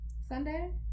Sunday